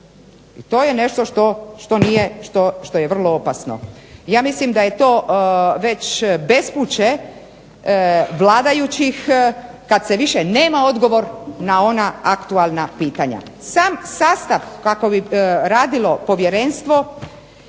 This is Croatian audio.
što nije, što je vrlo opasno. Ja mislim da je to već bespuće vladajućih, kad se više nema odgovor na ona aktualna pitanja. Sam sastav kako bi radilo povjerenstvo,